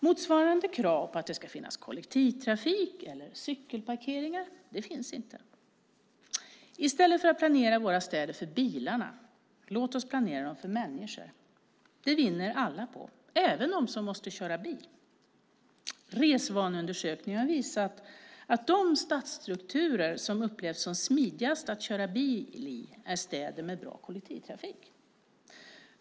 Motsvarande krav på att det ska finnas kollektivtrafik eller cykelparkeringar finns inte. I stället för att planera våra städer för bilarna, låt oss planera dem för människor. Det vinner alla på, även de som måste köra bil. Resvaneundersökningar har visat att de stadsstrukturer som upplevs som smidigast att köra bil i är städer med bra kollektivtrafik.